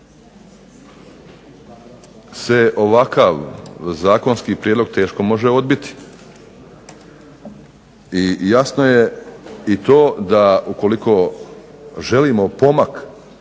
se ovakav zakonski prijedlog teško može odbiti i jasno je i to da ukoliko želimo pomak